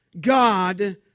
God